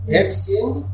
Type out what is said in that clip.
exchange